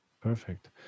Perfect